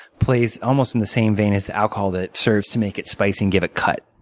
plays almost in the same vein as the alcohol that serves to make it spicy and give it cut.